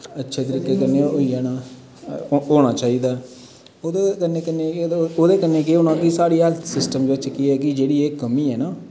अच्छे तरीके कन्नै होई आना होना चाहिदा ओह्दे कन्नै कन्नै ओह्दे कन्नै केह् होना साढी हैल्थ सिस्टम च केह् एह् की जेह्डी एह् कमी ऐ ना